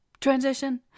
Transition